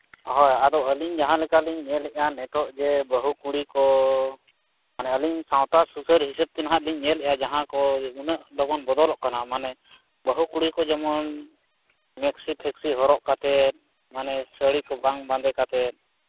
ᱦᱳᱭ ᱟᱫᱚ ᱟᱹᱞᱤᱧ ᱡᱟᱦᱟᱸᱞᱮᱠᱟᱞᱤᱧ ᱧᱮᱞᱮᱫᱼᱟ ᱱᱤᱛᱚᱜ ᱡᱮ ᱵᱟᱹᱦᱩ ᱠᱩᱲᱤᱠᱚ ᱢᱟᱱᱮ ᱟᱹᱞᱤᱧ ᱥᱟᱶᱛᱟ ᱥᱩᱥᱟᱹᱨ ᱦᱤᱥᱟᱹᱵᱽ ᱛᱮ ᱱᱟᱦᱟᱸᱜᱞᱤᱧ ᱧᱮᱞᱮᱫᱼᱟ ᱡᱟᱦᱟᱸᱠᱚ ᱩᱱᱟᱹᱜ ᱞᱚᱜᱚᱱ ᱵᱚᱫᱚᱞᱚᱜ ᱠᱟᱱᱟ ᱢᱟᱱᱮ ᱵᱟᱹᱦᱩ ᱠᱩᱲᱤᱠᱚ ᱡᱮᱢᱚᱱ ᱢᱮᱠᱥᱤᱼᱯᱷᱮᱠᱥᱤ ᱦᱚᱨᱚᱜ ᱠᱟᱛᱮᱫ ᱢᱟᱱᱮ ᱥᱟᱹᱲᱤᱠᱚ ᱵᱟᱝ ᱵᱟᱸᱫᱮ ᱠᱟᱛᱮᱫ